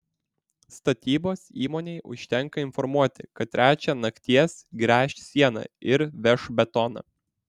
statybos įmonei užtenka informuoti kad trečią nakties gręš sieną ir veš betoną